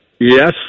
Yes